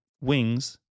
wings